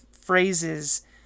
phrases